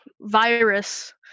virus